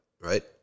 right